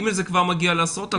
ג' זה כבר מגיע לעשרות אלפים.